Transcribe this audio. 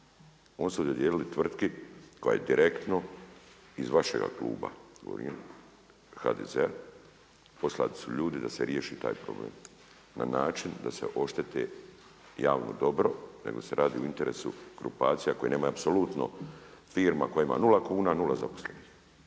Oni su dodijelili tvrtki koja je, direktno iz vašega kluba govorim, HDZ-a, poslani su ljudi da se riješi taj problem na način da se ošteti javno dobro, nego se radi o interesu grupacija koje nemaju apsolutno firma koja ima 0 kuna, 0 zaposlenih.